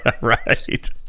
Right